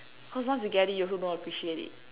cause once you get it you also don't appreciate it